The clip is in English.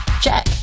Check